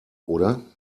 oder